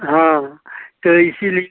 हाँ तो इसीलि